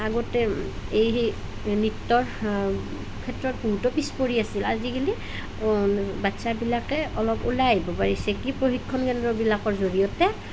আগতে সেই নৃত্যৰ ক্ষেত্ৰত নৃত্য পিছপৰি আছিল আজিকালি বাচ্ছাবিলাকে অলপ ওলাই আহিব পাৰিছে কি প্ৰশিক্ষণ কেন্দ্ৰবিলাকৰ জৰিয়তে